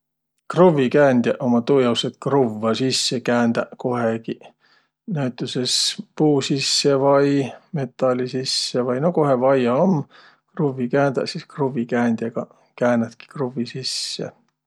Kruvvikäändjäq ummaq tuujaos, et kruvvõ sisse käändäq kohegiq. Näütüses puu sisse vai metali sisse vai no, kohe vaia om kruvvi käändäq, sis kruvvikäändjäga käänätki kruvvi sisse.